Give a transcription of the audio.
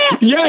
Yes